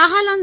Nagaland